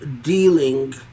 dealing